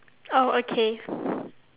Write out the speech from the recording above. oh okay